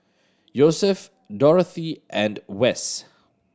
Yosef Dorathy and Wes